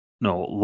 no